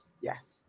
Yes